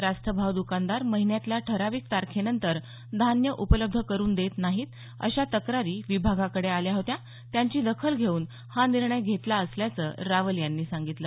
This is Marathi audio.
रास्तभाव दुकानदार महिन्यातल्या ठराविक तारखेनंतर धान्य उपलब्ध करून देत नाहीत अशा तक्रारी विभागाकडे आल्या होत्या त्यांची दखल घेऊन हा निर्णय घेतला असलाचं रावल यांनी सांगितलं